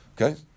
Okay